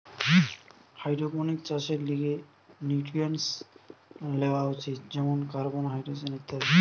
hydroponics চাষের লিগে nutrients লেওয়া উচিত যেমন কার্বন, হাইড্রোজেন ইত্যাদি